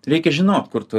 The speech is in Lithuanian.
reikia žinot kur tu